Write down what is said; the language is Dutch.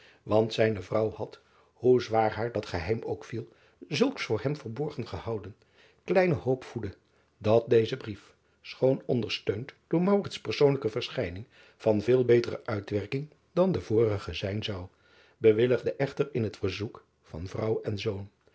want zijne vrouw had hoe zwaar haar dat geheim ook viel zulks voor hem verborgen gehouden kleine hoop voedde dat deze brief schoon ondersteund door persoonlijke verschijning van veel betere uitwerking dan de vorige zijn zou bewilligde echter in het verzoek van vrouw en zoon